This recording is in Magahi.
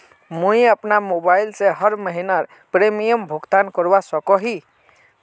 मुई अपना मोबाईल से हर महीनार प्रीमियम भुगतान करवा सकोहो ही?